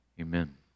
Amen